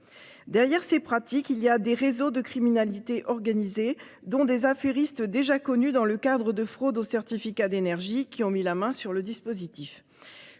Derrière ces pratiques, il y a des réseaux de criminalité organisée dont des affairistes, déjà connu, dans le cadre de fraude aux certificats d'énergie qui ont mis la main sur le dispositif